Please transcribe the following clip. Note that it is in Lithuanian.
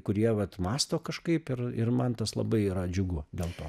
kurie vat mąsto kažkaip ir ir man tas labai yra džiugu dėl to